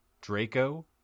Draco